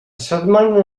setmana